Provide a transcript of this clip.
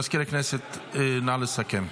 מזכיר הכנסת, נא לסכם.